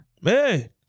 Man